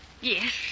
Yes